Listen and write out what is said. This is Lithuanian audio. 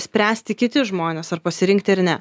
spręsti kiti žmonės ar pasirinkti ar ne